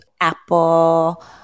Apple